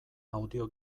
audio